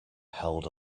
held